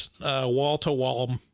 wall-to-wall